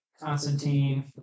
Constantine